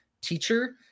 teacher